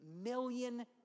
million